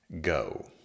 go